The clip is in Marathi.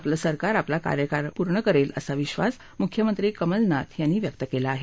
आपलं सरकार आपला कार्यकाळ पूर्ण करेल असा विश्वास मुख्यमंत्री कमलनाथ यांनी व्यक्त केला आहे